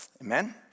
Amen